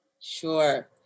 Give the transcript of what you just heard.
Sure